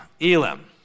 Elam